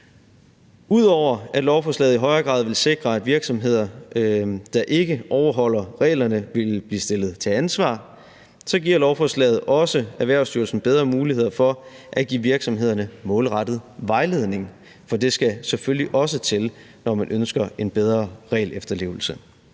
Ud over at lovforslaget i højere grad vil sikre, at virksomheder, der ikke overholder reglerne, vil blive stillet til ansvar, giver lovforslaget også Erhvervsstyrelsen bedre muligheder for at give virksomhederne målrettet vejledning, for det skal selvfølgelig også til, når man ønsker en bedre regelefterlevelse.